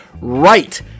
right